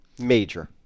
Major